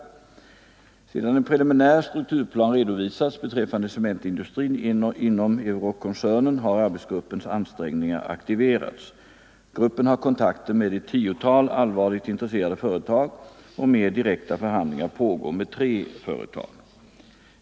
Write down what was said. Sedan en preliminär strukturplan redovisats beträffande cementindustrin inom Euroc-koncernen har arbetsgruppens ansträngningar aktiverats. Gruppen har kontakter med ett tiotal allvarligt intresserade företag, och mer direkta förhandlingar pågår med tre företag.